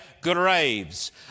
graves